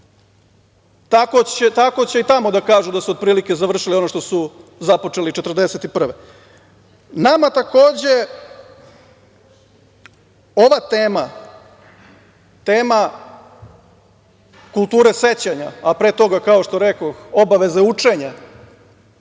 tako će i tamo da kažu da su otprilike završili ono što su započeli 1941. godine. Nama, takođe, ova tema, tema kulture sećanja, a pre toga, kao što rekoh, obaveza učenja,